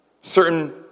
certain